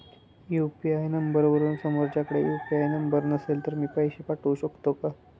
UPI नंबरवरून समोरच्याकडे UPI number नसेल तरी पैसे पाठवू शकते का?